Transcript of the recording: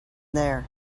there